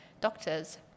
doctors